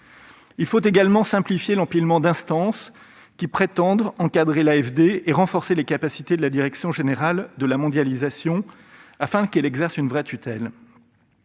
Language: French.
Il faut également simplifier l'empilement d'instances qui prétendent encadrer l'AFD et renforcer les capacités de la direction générale de la mondialisation, du développement et des